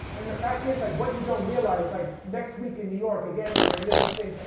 and the fact is, like what you don't realize, like next week in new york, again like i really think,